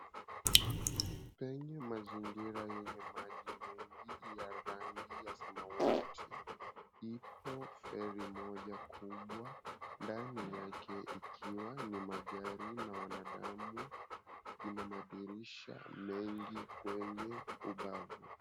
Penye mazingira yenye maji mengi ya rangi ya samawati, ipo feri moja kubwa, ndani yake ikiwa ni magari na wanadamu. Ina madirisha mengi kwenye ubavu.